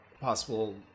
possible